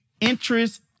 interest